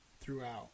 throughout